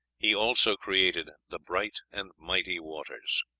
he also created the bright and mighty waters.